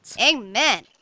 Amen